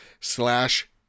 slash